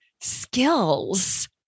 skills